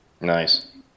Nice